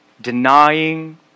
denying